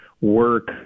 work